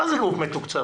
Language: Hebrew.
מה זה גוף מתוקצב?